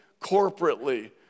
corporately